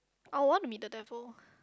I would want to be the devil